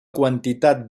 quantitat